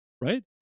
right